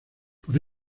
por